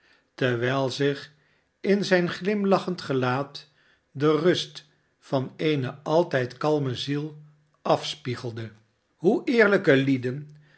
terwijl zich in zijn glimlachend gelaat de rust van eene altijd kalme ziel afspiegelde hoe eerlijke lieden